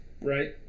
right